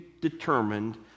determined